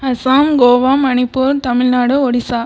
Assam Goa Manipur Tamil Nadu Orissa